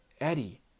Eddie